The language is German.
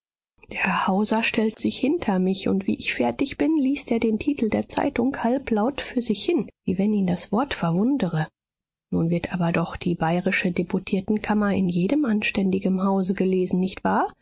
der hauser stellt sich hinter mich und wie ich fertig bin liest er den titel der zeitung halblaut für sich hin wie wenn ihn das wort verwundere nun wird aber doch die bayrische deputiertenkammer in jedem anständigen hause gelesen nicht wahr